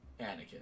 Anakin